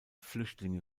flüchtlinge